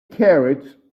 carried